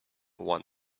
one